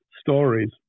stories